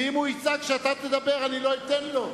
ואם הוא יצעק כשאתה תדבר אני לא אתן לו.